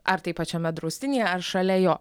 ar tai pačiame draustinyje ar šalia jo